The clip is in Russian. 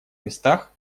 местах